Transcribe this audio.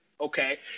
Okay